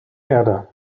erde